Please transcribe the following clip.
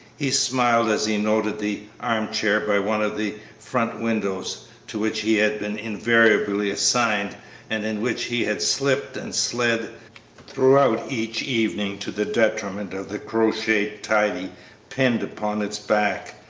he smiled as he noted the arm-chair by one of the front windows, to which he had been invariably assigned and in which he had slipped and slid throughout each evening to the detriment of the crocheted tidy pinned upon its back.